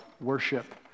worship